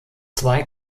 zwei